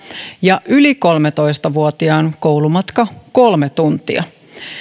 ja yli kolmetoista vuotiaan koulumatka kolme tuntia